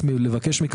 למה צריך לעשות לזה